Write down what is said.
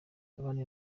abandi